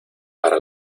para